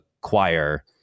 choir